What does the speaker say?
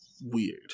weird